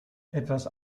etwas